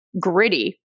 gritty